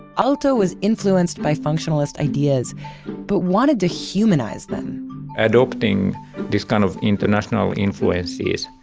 aalto was influenced by functionalist ideas but wanted to humanize them adopting this kind of international influences,